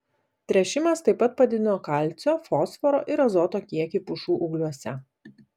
tręšimas taip pat padidino kalcio fosforo ir azoto kiekį pušų ūgliuose